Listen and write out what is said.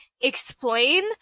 explain